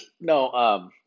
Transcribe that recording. No